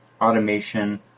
automation